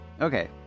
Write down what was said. Okay